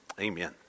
amen